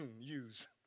use